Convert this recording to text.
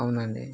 అవును అండి